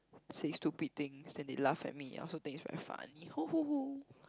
say stupid things then they laugh at me I also think it's very funny (hoo) (hoo) (hoo)